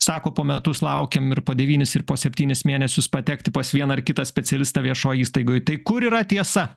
sako po metus laukėm ir po devynius ir po septynis mėnesius patekti pas vieną ar kitą specialistą viešoj įstaigoj tai kur yra tiesa